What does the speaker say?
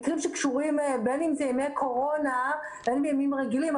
בין אם אלה ימי קורונה ובין בימים רגילים,